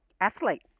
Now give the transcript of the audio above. athlete